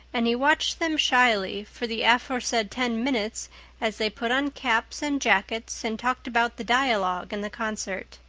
and he watched them shyly for the aforesaid ten minutes as they put on caps and jackets and talked about the dialogue and the concert.